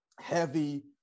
heavy